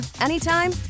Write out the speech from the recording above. anytime